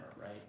right